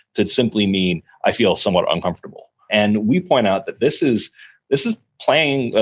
to simply mean i feel somewhat uncomfortable. and we point out that this is this is playing,